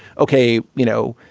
okay, you know,